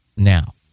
Now